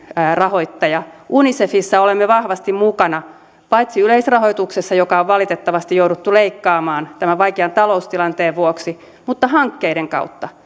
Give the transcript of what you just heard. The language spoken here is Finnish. rahoittaja unicefissa olemme vahvasti mukana paitsi yleisrahoituksessa jota on valitettavasti jouduttu leikkaamaan tämän vaikean taloustilanteen vuoksi mutta hankkeiden kautta